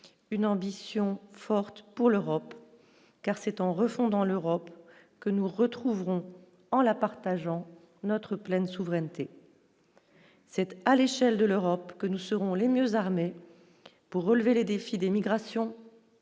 une ambition forte pour l'Europe, car c'est en refondant l'Europe que nous retrouverons en la partageant notre pleine souveraineté. à l'échelle de l'Europe que nous serons les mieux armés pour relever les défis d'émigration